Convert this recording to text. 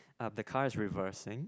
um the car is reversing